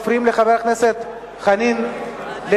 אתם מפריעים לחבר הכנסת חנין לדבר,